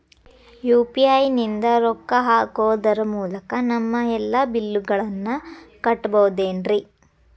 UPI ನಿಂದ ರೊಕ್ಕ ಹಾಕೋದರ ಮೂಲಕ ನಮ್ಮ ಎಲ್ಲ ಬಿಲ್ಲುಗಳನ್ನ ಕಟ್ಟಬಹುದೇನ್ರಿ?